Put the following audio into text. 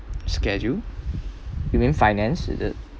schedule you mean finance is it